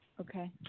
Okay